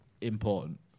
important